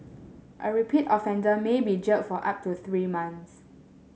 a repeat offender may be jailed for up to three months